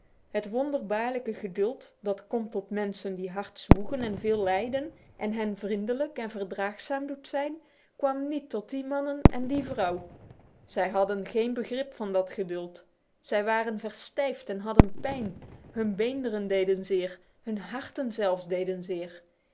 et wonderbaarlijke geduld dat komt tot mensen die hard zwoegen en veel lijden en hen vriendelijk en verdraagzaam doet zijn kwam niet tot die mannen en die vrouw zij hadden geen begrip van dat geduld zij waren verstijfd en hadden pijn hun beenderen deden zeer hun harten zelfs deden